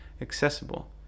accessible